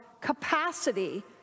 capacity